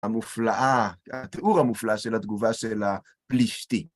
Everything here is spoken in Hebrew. המופלאה, התיאור המופלא של התגובה של הפלישתי.